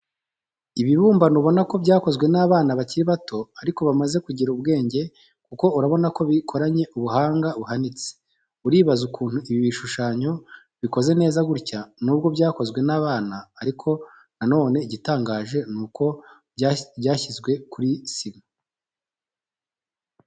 Ibibumbano ubona ko byakozwe n'abana bakiri bato ariko bamaze kugira ubwenge kuko urabona ko bikoranye ubuhanga buhanitse, uribaza ukuntu ibi bishushanyo bikoze neza gutya nubwo byakozwe n'abana, ariko nanone igitangaje ni uko byashyizwe kuri sima.